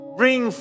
bring